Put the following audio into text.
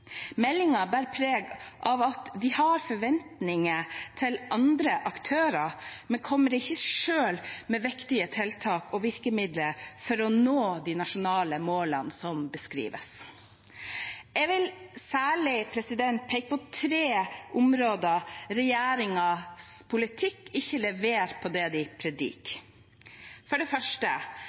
bærer preg av at de har forventninger til andre aktører, men kommer ikke selv med viktige tiltak og virkemidler for å nå de nasjonale målene som beskrives. Jeg vil særlig peke på tre områder regjeringens politikk ikke leverer på det de predikerer: For det første: